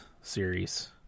series